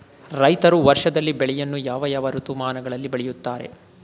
ರೈತರು ವರ್ಷದಲ್ಲಿ ಬೆಳೆಯನ್ನು ಯಾವ ಯಾವ ಋತುಮಾನಗಳಲ್ಲಿ ಬೆಳೆಯುತ್ತಾರೆ?